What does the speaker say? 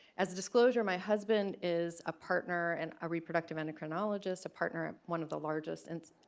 as a disclosure, my husband is a partner and a reproductive endocrinologist, a partner one of the largest and